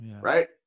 right